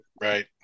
right